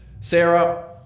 Sarah